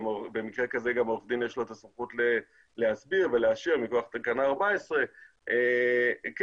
במקרה כזה גם לעורך הדין יש את הסמכות להסביר ולאשר מכוח תקנה 14. כן,